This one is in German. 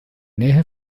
nähe